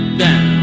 down